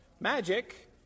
Magic